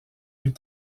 plus